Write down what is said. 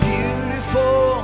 Beautiful